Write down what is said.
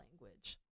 language